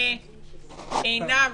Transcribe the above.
חברת הכנסת עינב